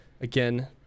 again